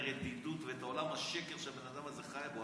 הרדידות ואת עולם השקר שהבן אדם הזה חי בו,